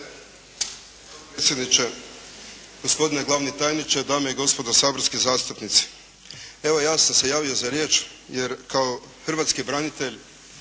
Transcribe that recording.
hrvatski branitelj